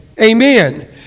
Amen